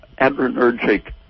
adrenergic